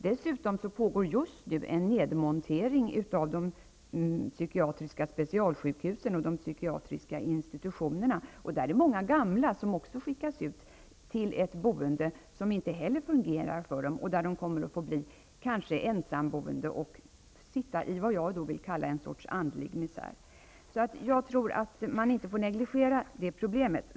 Dessutom pågår just nu en nedmontering av de psykiatriska specialsjukhusen och de psykiatriska institutionerna. Där finns många gamla som också skickas ut till ett boende som inte fungerar för dem och där de kanske får bli ensamboende och hamna i vad jag vill kalla andlig misär. Jag tror att man inte får negligera det problemet.